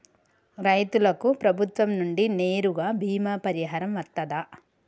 రైతులకు ప్రభుత్వం నుండి నేరుగా బీమా పరిహారం వత్తదా?